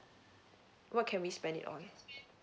what can we spend on